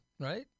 right